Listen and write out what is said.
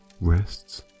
rests